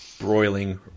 broiling